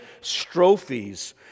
strophes